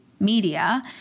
media